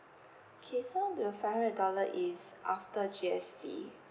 okay so the five hundred dollar is after G_S_T